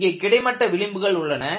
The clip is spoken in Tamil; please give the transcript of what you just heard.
இங்கே கிடைமட்ட விளிம்புகள் உள்ளன